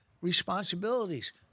Responsibilities